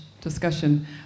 discussion